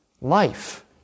life